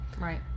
Right